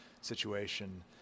situation